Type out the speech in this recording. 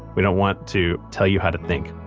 we don't want to tell you how to think.